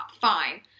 fine